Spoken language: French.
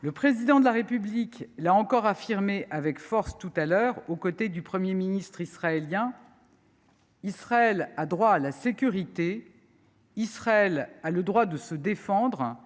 Le Président de la République l’a encore affirmé avec force tout à l’heure aux côtés du Premier ministre israélien : Israël a droit à la sécurité, Israël a le droit de se défendre